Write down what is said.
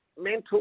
Mental